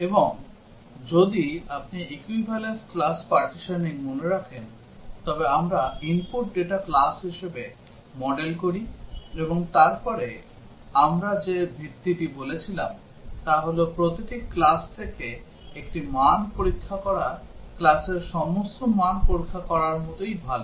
এবং যদি আপনি equivalence class partitioning মনে রাখেন আমরা input data class হিসাবে মডেল করি এবং তারপরে আমরা যে ভিত্তিটি বলেছিলাম তা হল প্রতিটি class থেকে একটি মান পরীক্ষা করা classর সমস্ত মান পরীক্ষা করার মতোই ভাল